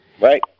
Right